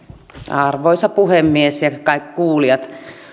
arvoisa puhemies kaikki kuulijat